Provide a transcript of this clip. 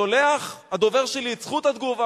שולח הדובר שלי את זכות התגובה,